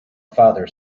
father